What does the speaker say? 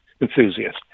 Enthusiast